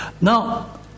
Now